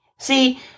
See